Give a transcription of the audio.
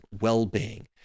well-being